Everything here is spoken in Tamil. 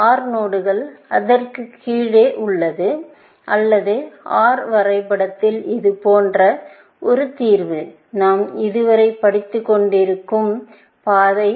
OR நோடுகள் அதற்குக் கீழே உள்ளது அல்லது OR வரைபடத்தில் இது போன்ற ஒரு தீர்வு நாம் இதுவரை படித்துக்கொண்டிருக்கும் பாதை